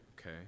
okay